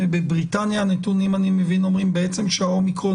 בבריטניה אני מבין שהנתונים אומרים שה-אומיקרון